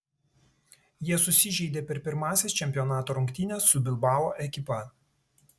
jie susižeidė per pirmąsias čempionato rungtynes su bilbao ekipa